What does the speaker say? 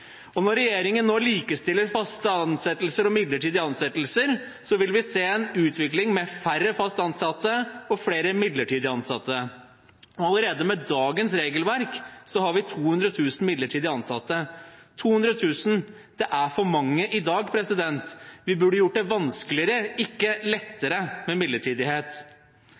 arbeidslivet. Når regjeringen nå likestiller faste ansettelser og midlertidige ansettelser, vil vi se en utvikling med færre fast ansatte og flere midlertidig ansatte. Allerede med dagens regelverk har vi 200 000 midlertidig ansatte. 200 000 er for mange i dag. Vi burde ha gjort det vanskeligere, ikke lettere, med midlertidighet.